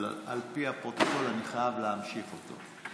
על פי הפרוטוקול, אני חייב להמשיך אותו.